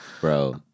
Bro